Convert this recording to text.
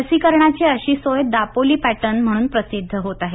लसीकरणाची अशी सोय दापोली पॅटर्न म्हणून प्रसिद्ध होत आहे